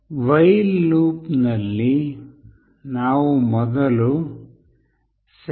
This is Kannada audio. ವಯ್ಲ್ ಲೂಪ್ನಲ್ಲಿ ನಾವು ಮೊದಲು sensor